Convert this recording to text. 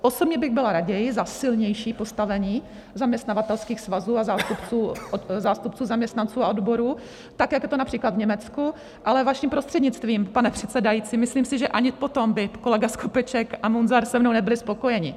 Osobně bych byla raději za silnější postavení zaměstnavatelských svazů a zástupců zaměstnanců a odborů, tak jak je to například v Německu, ale vaším prostřednictvím, pane předsedající, myslím si, že ani potom by kolega Skopeček a Munzar se mnou nebyli spokojeni.